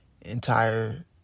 entire